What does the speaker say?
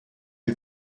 wie